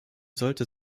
sollte